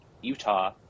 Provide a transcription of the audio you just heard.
Utah